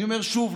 אני אומר שוב,